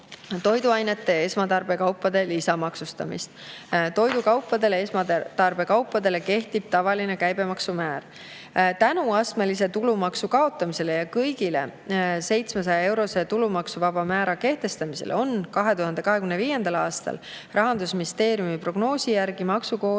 toiduainete ja esmatarbekaupade lisamaksustamist. Toidukaupadele ja esmatarbekaupadele kehtib tavaline käibemaksumäär. Tänu astmelise tulumaksu kaotamisele ja kõigile 700-eurose tulumaksuvaba määra kehtestamisele on 2025. aastal Rahandusministeeriumi prognoosi järgi maksukoormus